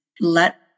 let